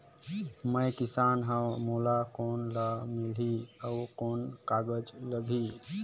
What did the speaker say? मैं किसान हव मोला कौन लोन मिलही? अउ कौन कागज लगही?